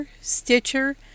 Stitcher